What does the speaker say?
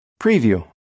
Preview